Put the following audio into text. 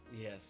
Yes